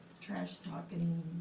trash-talking